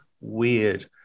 weird